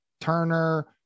Turner